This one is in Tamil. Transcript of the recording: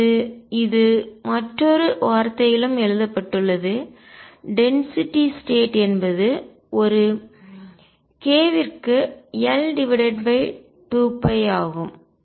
அல்லது இது மற்றொரு வார்த்தையிலும் எழுதப்பட்டுள்ளது டென்சிட்டி ஸ்டேட் அடர்த்தி என்பது ஒரு k விற்கு L 2π ஆகும்